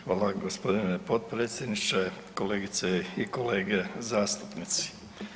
Hvala g. potpredsjedniče, kolegice i kolege zastupnici.